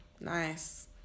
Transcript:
Nice